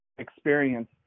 experience